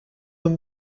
were